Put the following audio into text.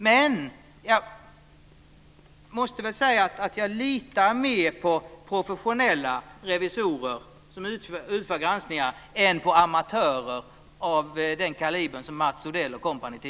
Jag måste säga att jag litar mer på professionella revisorer som utför granskningar än på amatörer av samma kaliber som Mats Odell och kompani.